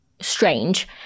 strange